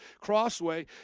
Crossway